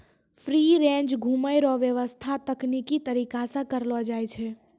free range घुमै रो व्याबस्था तकनिकी तरीका से करलो जाय छै